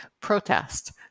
protest